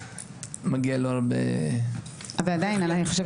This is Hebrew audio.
מגיע לו הרבה --- אבל עדיין אני חושבת